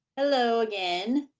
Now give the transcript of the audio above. hello again!